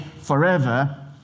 forever